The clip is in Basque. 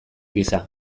gisa